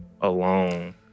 alone